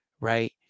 right